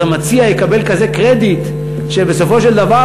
אז המציע יקבל כזה קרדיט שבסופו של דבר